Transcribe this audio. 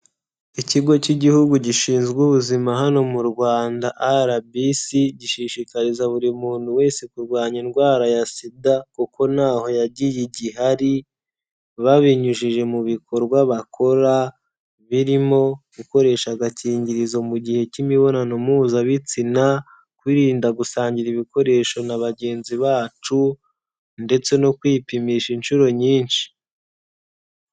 Ikigo cy'igihugu gishinzwe ubuzima hano mu Rwanda RBC, gishishikariza buri muntu wese kurwanya indwara ya SIDA, kuko ntaho yagiye igihari, babinyujije mu bikorwa bakora, birimo gukoresha agakingirizo mu gihe cy'imibonano mpuzabitsina, kwirinda gusangira ibikoresho na bagenzi bacu, ndetse no kwipimisha inshuro nyinshi.